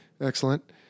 Excellent